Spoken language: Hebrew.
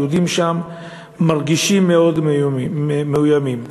היהודים שם מרגישים מאוימים מאוד.